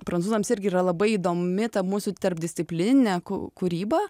prancūzams irgi yra labai įdomi ta mūsų tarpdisciplininė kūryba